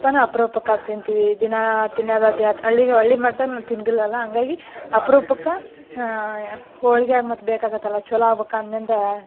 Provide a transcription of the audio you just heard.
ತುಪ್ಪಾನ ಅಪ್ರೂಪಕ್ಕೆ ಹಾಕ್ ತಿಂತೀವಿ ದಿನಾ ತಿನ್ನೋದು ಅದು ಅದು ಹಳ್ಳಿಗ್ ಹಳ್ಳಿಗ್ ಮಾಡ್ತಾರಲ್ಲ ಹಾಗಾಗಿ ಅಪ್ರೂಪಕ್ಕೆ ಹೋಳಿಗೆಗ್ ಮತ್ತು ಬೇಕಾಗುತ್ತಲ್ಲ ಛಲೋ ಆಗ್ಬೇಕು ಅಂದೆನಂದ್ರ